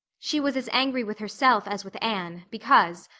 she was as angry with herself as with anne, because,